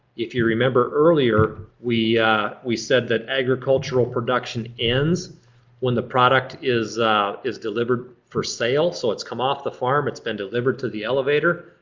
if you remember earlier we we said that agricultural production ends when the product is is delivered for sale, so it's come off the farm, it's been delivered to the elevator.